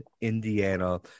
Indiana